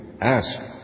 ask